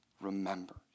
remembers